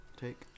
take